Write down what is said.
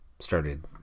started